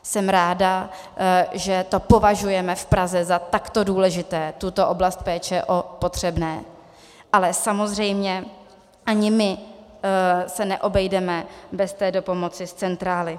Jsem ráda, že to považujeme v Praze za takto důležité, tuto oblast péče o potřebné, ale samozřejmě ani my se neobejdeme bez dopomoci z centrály.